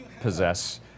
possess